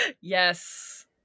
Yes